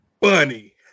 Bunny